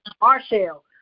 Marshall